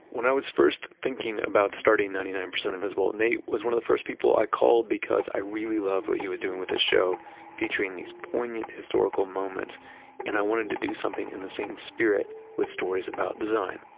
when i was first thinking about starting ninety nine percent invisible nate was one of the first people i called because i really loved what he was doing with his show featuring these poignant historical moments and i wanted to do something in the same spirit with stories about design.